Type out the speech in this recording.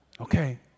Okay